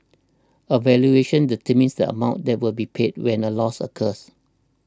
a valuation determines amount that will be paid when a loss occurs